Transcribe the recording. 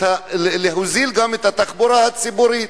להוזיל גם את התחבורה הציבורית.